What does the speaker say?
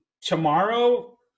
tomorrow